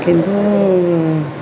किन्तु